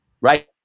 right